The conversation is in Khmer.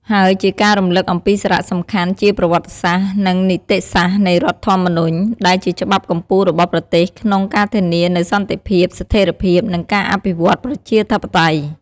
ហើយជាការរំលឹកអំពីសារៈសំខាន់ជាប្រវត្តិសាស្ត្រ និងនីតិសាស្ត្រនៃរដ្ឋធម្មនុញ្ញ ដែលជាច្បាប់កំពូលរបស់ប្រទេសក្នុងការធានានូវសន្តិភាព ស្ថេរភាព និងការអភិវឌ្ឍប្រជាធិបតេយ្យ។